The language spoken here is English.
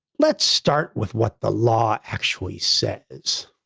let's start with what the law actually says.